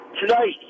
Tonight